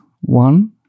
One